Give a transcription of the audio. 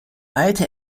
alte